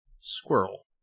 Squirrel